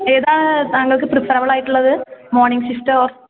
ഏതാണ് താങ്കൾക്ക് പ്രിഫെറബിൾ ആയിട്ടുള്ളത് മോർണിംഗ് ഷിഫ്റ്റ് ഓർ